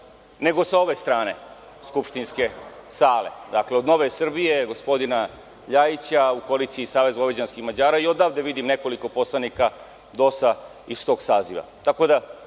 nego sa ove strane skupštinske sale, dakle, od Nove Srbije, gospodina Ljajića, koalicije SVM i odavde vidim nekoliko poslanika DOS-a iz tog saziva. Tako da,